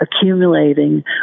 accumulating